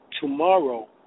tomorrow